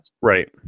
Right